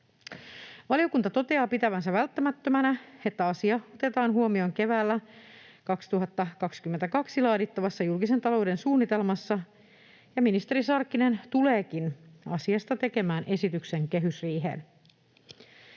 Valiokunta toteaa pitävänsä välttämättömänä, että asia otetaan huomioon keväällä 2022 laadittavassa julkisen talouden suunnitelmassa, ja ministeri Sarkkinen tuleekin asiasta tekemään esityksen kehysriiheen.